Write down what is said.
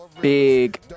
big